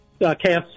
kfc